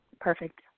Perfect